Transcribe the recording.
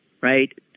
right